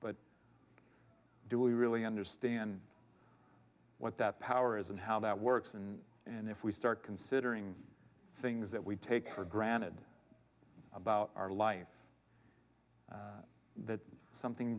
but do we really understand what that power is and how that works in and if we start considering things that we take for granted about our life that something